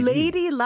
Lady